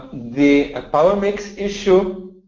the power mix issue